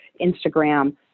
Instagram